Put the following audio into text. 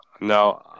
No